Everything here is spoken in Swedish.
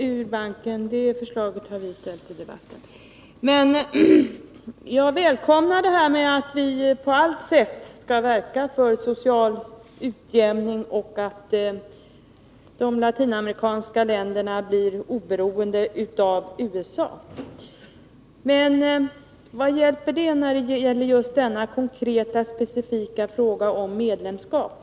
Fru talman! Förslag om ett utträde ur banken har vi ställt i debatten. Jag välkomnar beskedet att vi på allt sätt skall verka för social utjämning och för att de latinamerikanska länderna blir oberoende av USA. Men vad hjälper det när det gäller den konkreta, specifika frågan om medlemskap?